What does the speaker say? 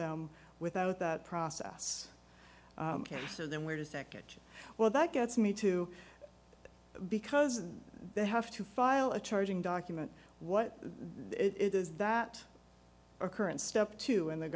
them without that process and then wait a nd well that gets me to because they have to file a charging document what it is that our current step to in the